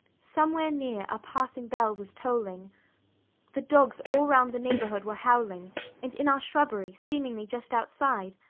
somewhere near, a passing bell was tolling the dogs all round the neighbourhood were howling and in our shrubbery, seemingly just outside,